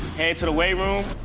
head to the weight room.